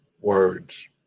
words